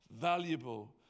valuable